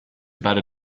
better